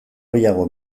gehiago